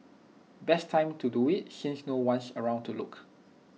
best time to do IT since no one's around to look